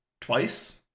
twice